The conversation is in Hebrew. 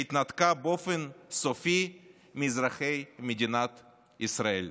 שהתנתקה באופן סופי מאזרחי מדינת ישראל.